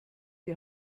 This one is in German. die